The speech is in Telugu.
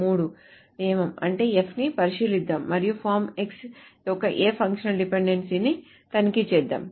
మూడవ నియమం అంటే F ని పరిశీలిద్దాం మరియు ఫారం X యొక్క A ఫంక్షనల్ డిపెండెన్సీని తనిఖీ చేద్దాం